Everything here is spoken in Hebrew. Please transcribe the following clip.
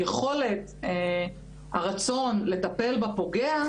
והיכולת או הרצון לטפל בפוגע,